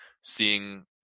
seeing